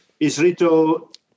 Isrito